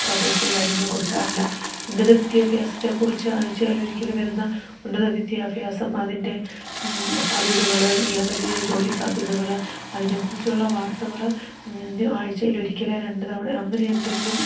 പ്രദേശിക കാര്യങ്ങൾ കൊടുക്കാറില്ല ഉന്നതവിദ്യാഭ്യാസത്തെക്കുറിച്ച് ആഴ്ച്ചയിലൊരിക്കൽ വരുന്ന ഉന്നതവിദ്യാഭ്യാസം അതിൻ്റെ സാധ്യതകൾ ഇനി അതല്ലെങ്കിൽ ജോലിസാധ്യതകൾ അതിനെക്കുറിച്ചുള്ള വാർത്തകൾ ആഴ്ച്ചയിലൊരിക്കൽ രണ്ടുതവണ അങ്ങനെ എന്തെങ്കിലും